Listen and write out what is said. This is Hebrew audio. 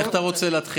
עם מה אתה רוצה להתחיל?